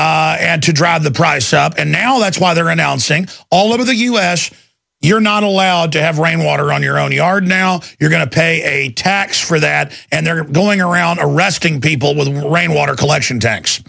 water and to drive the price up and now that's why they're announcing all over the us you're not allowed to have rainwater on your own yard now you're going to pay a tax for that and they're going around arresting people with the rainwater collection ta